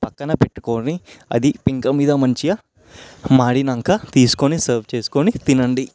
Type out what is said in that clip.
పక్కన పెట్టుకొని అది పెంక మీద మంచిగా మాడాక తీసుకొని సర్వ్ చేసుకొని తినండి